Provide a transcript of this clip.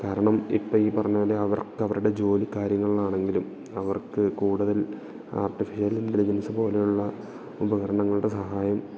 കാരണം ഇപ്പം ഈ പറഞ്ഞ പോലെ അവർക്ക് അവരുടെ ജോലി കാര്യങ്ങളിൽ ആണെങ്കിലും അവർക്ക് കൂടുതൽ ആർട്ടിഫിഷ്യൽ ഇൻറ്റലിജൻസ് പോലെ ഉള്ള ഉപകരണങ്ങളുടെ സഹായം